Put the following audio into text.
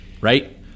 Right